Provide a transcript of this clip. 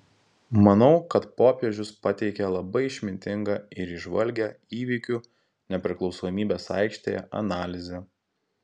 manau kad popiežius pateikė labai išmintingą ir įžvalgią įvykių nepriklausomybės aikštėje analizę